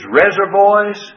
reservoirs